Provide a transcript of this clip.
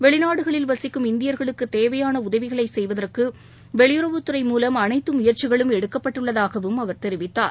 வெளிநாடுகளில் வசிக்கும் இந்தியர்களுக்குத் தேவையான உதவிகளை செய்வதற்கு வெளியுறவுத்துறை மூலம் அனைத்து முயற்சிகளும் எடுக்கப்பட்டுள்ளதாகவும் அவர் தெரிவித்தார்